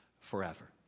forever